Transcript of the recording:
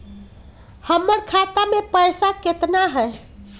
हमर खाता मे पैसा केतना है?